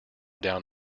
down